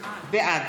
בעד